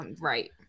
Right